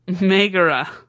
Megara